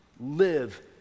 live